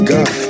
God